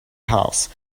house